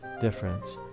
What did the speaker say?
difference